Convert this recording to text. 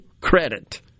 credit